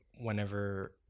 whenever